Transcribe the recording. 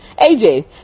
AJ